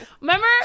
Remember